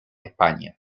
españa